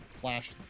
flash